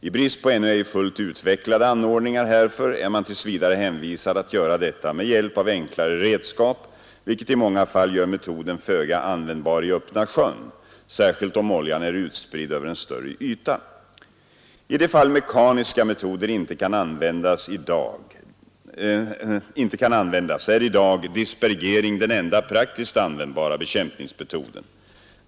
I brist på ännu ej fullt utvecklade anordningar härför är man tills vidare hänvisad att göra detta med hjälp av enklare redskap vilket i många fall gör metoden föga användbar i öppna sjön, särskilt om oljan är utspridd över en större yta. I de fall mekaniska metoder inte kan användas är i dag dispergering den enda praktiskt användbara bekämpningsmetoden.